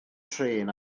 trên